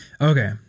Okay